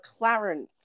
McLaren